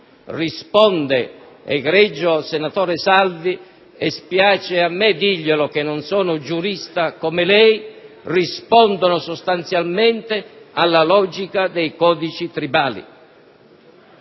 ripeto, egregio senatore Salvi - mi spiace doverglielo dire io che non sono giurista come lei - risponde sostanzialmente alla logica dei codici tribali.